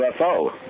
UFO